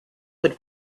would